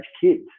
kids